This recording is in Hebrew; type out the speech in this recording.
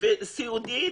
וסיעודית